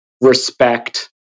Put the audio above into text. respect